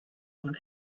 von